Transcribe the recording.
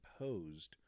imposed